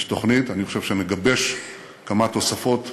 יש תוכנית, אני חושב שנגבש כמה תוספות חשובות,